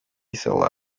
saleh